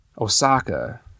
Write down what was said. Osaka